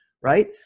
right